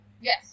Yes